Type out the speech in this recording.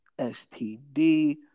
STD